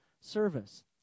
service